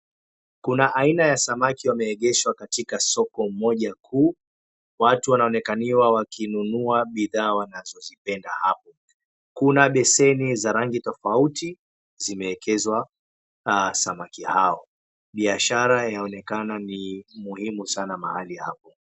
Kuna aina ya samaki wameegeshwa katika soko moja kuu, watu wanaonekaniwa wakinunua bidhaa wanazozipenda hapo. Kuna beseni za rangi tofauti zimeekezwa samaki hawa, biashara inaonekana muhimu pahali hapa.